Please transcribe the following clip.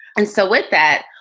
and so with that,